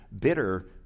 bitter